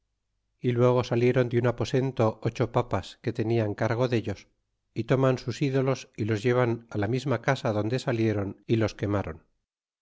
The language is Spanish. y luego salieron de un aposento ocho papas que tenian cargo dellos y toman sus idolos y los llevan á la misma casa donde salieron y los quemaron